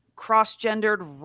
cross-gendered